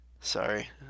Sorry